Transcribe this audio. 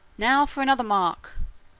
now for another mark!